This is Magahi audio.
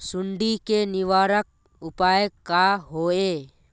सुंडी के निवारक उपाय का होए?